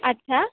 আচ্ছা